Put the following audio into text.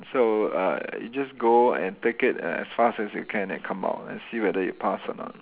so uh you just go and take it and as fast as you can and come out and see whether you pass or not